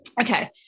Okay